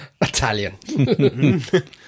italian